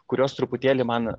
kurios truputėlį man